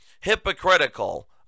hypocritical